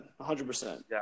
100%